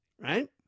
right